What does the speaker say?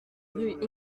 rue